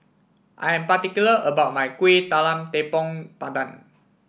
I am particular about my Kuih Talam Tepong Pandan